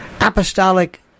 apostolic